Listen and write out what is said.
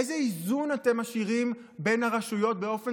איזה איזון אתם משאירים בין הרשויות באופן